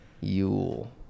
Yule